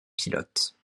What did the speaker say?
pilote